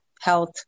health